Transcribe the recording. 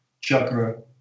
chakra